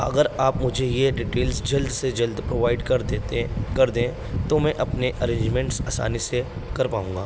اگر آپ مجھے یہ ڈیٹیلس جلد سے جلد پرووائڈ کر دیتے کر دیں تو میں اپنے ارینجمنٹس آسانی سے کر پاؤں گا